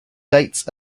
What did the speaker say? dates